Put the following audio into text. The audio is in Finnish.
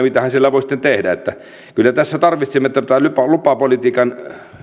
mitä hän siellä voi sitten tehdä kyllä tässä tarvitsemme tätä lupapolitiikan